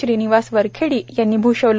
श्रीनिवास वरखेडी यांनी भूषविले